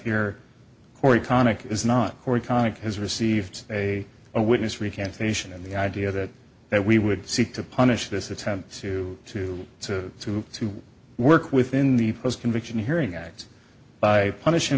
here corey connick is not cory connick has received a witness recantation and the idea that that we would seek to punish this attempt to to to to to work within the post conviction hearing act by punish